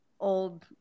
old